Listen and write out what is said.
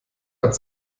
hat